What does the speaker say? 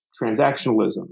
transactionalism